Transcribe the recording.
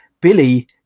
billy